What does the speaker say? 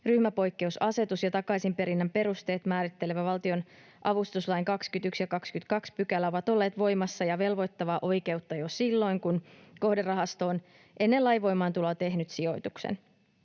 ryhmäpoikkeusasetus ja takaisinperinnän perusteet määrittelevät valtionavustuslain 21 ja 22 §:t ovat olleet voimassa ja velvoittavaa oikeutta jo silloin, kun kohderahasto on ennen lain voimaantuloa tehnyt sijoituksen.